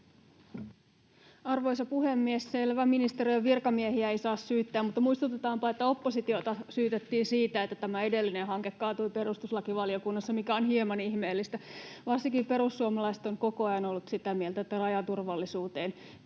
Arvoisa puhemies! Selvä, ministeriön virkamiehiä ei saa syyttää, mutta muistutetaanpa, että oppositiota syytettiin siitä, että tämä edellinen hanke kaatui perustuslakivaliokunnassa, mikä on hieman ihmeellistä. Varsinkin perussuomalaiset ovat koko ajan olleet sitä mieltä, että rajaturvallisuuteen